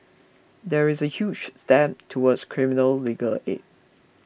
that is a huge step towards criminal legal aid